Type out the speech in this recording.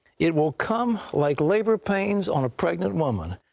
it will come like labor pains on a pregnant woman.